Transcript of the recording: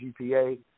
GPA